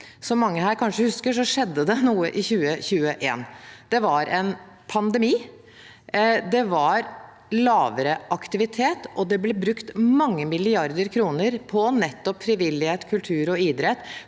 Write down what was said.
Som mange her kanskje husker, skjedde det noe i 2021. Det var en pandemi. Det var lavere aktivitet, og det ble brukt mange milliarder kroner på nettopp frivillighet, kultur og idrett,